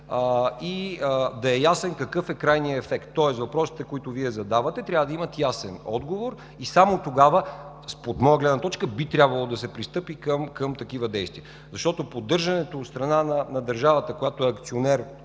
и да е ясно какъв е крайният ефект. Тоест, въпросите, които Вие задавате, трябва да имат ясен отговор и само тогава, от моя гледна точка, би трябвало да се пристъпи към такива действия. Поддържането от страна на държавата, която е акционер